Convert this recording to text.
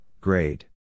grade